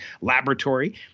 laboratory